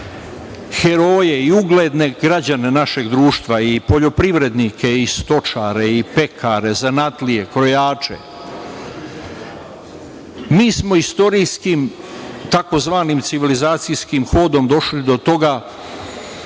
heroje i ugledne građane našeg društva, poljoprivrednike, stočare, pekare, zanatlije, krojače. Mi smo istorijskim tzv. civilizacijskim hodom došli do toga.